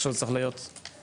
עכשיו צריך להיות בפרקטיקה.